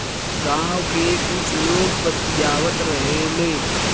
गाँव के कुछ लोग बतियावत रहेलो